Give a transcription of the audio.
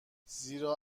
زیرا